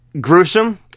gruesome